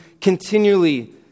continually